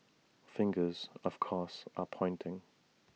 fingers of course are pointing